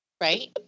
right